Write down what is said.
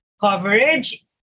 coverage